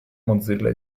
mozilla